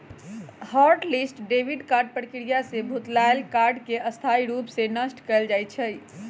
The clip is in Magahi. हॉट लिस्ट डेबिट कार्ड प्रक्रिया से भुतलायल कार्ड के स्थाई रूप से नष्ट कएल जाइ छइ